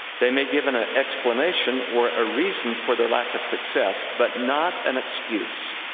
they may give an ah explanation or a reason for their lack of success, but not an excuse.